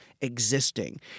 existing